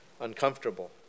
uncomfortable